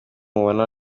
mubona